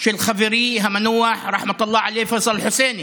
של חברי המנוח פייסל אל-חוסייני